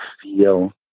feel